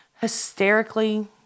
hysterically